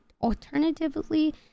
alternatively